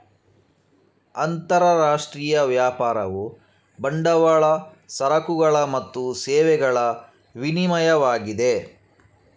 ಅಂತರರಾಷ್ಟ್ರೀಯ ವ್ಯಾಪಾರವು ಬಂಡವಾಳ, ಸರಕುಗಳು ಮತ್ತು ಸೇವೆಗಳ ವಿನಿಮಯವಾಗಿದೆ